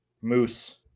Moose